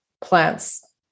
plants